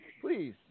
Please